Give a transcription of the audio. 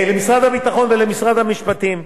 למשרד הביטחון ולמשרד המשפטים,